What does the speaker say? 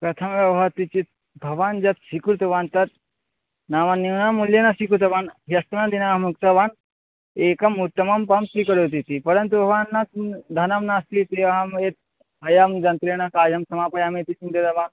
प्रथमेववासित् चेत् भवान् यद् स्वीकृतवान् तत् नाम न्यूनमूल्यं न स्वीकृतवान् ह्यस्तनदिने अहम् उक्तवान् एकम् उत्तमं फ़ोन् स्विकरोतिति परन्तु भवान् न सः धनं नस्ति इति आम् ए अयं यन्त्रेण कार्यं समापयामि इति चिन्तितवान्